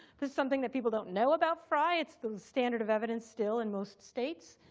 this is something that people don't know about frye. it's the standard of evidence still in most states.